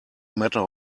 matter